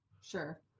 Sure